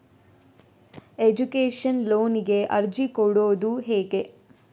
Education ಲೋನಿಗೆ ಅರ್ಜಿ ಕೊಡೂದು ಹೇಗೆ?